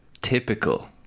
typical